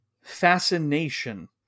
Fascination